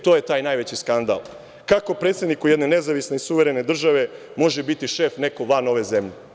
E, to je taj najveći skandal, kako predsedniku jedne nezavisne suverene države može biti šef neko van ove zemlje?